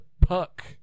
puck